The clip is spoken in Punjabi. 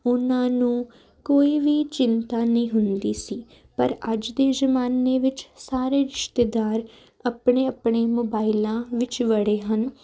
ਉਹਨਾਂ ਨੂੰ ਕੋਈ ਵੀ ਚਿੰਤਾ ਨਹੀਂ ਹੁੰਦੀ ਸੀ ਪਰ ਅੱਜ ਦੇ ਜ਼ਮਾਨੇ ਵਿੱਚ ਸਾਰੇ ਰਿਸ਼ਤੇਦਾਰ ਆਪਣੇ ਆਪਣੇ ਮੋਬਾਈਲਾਂ ਵਿੱਚ ਵੜੇ ਹਨ